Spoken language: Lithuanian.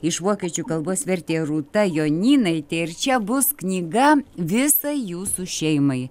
iš vokiečių kalbos vertė rūta jonynaitė ir čia bus knyga visai jūsų šeimai